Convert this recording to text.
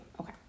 Okay